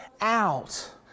out